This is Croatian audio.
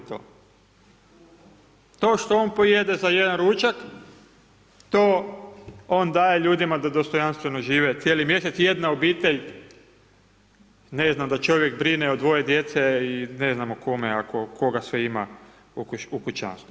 To što on pojede za jedan ručak, to on daje ljudima da dostojanstveno žive cijeli mjesec jedna obitelj ne znam, da čovjek brine od dvoje djece i ne znam o kome ako koga sve ima u kućanstvu.